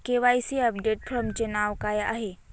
KYC update फॉर्मचे नाव काय आहे?